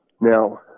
now